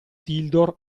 tildor